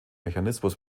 mechanismus